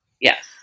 yes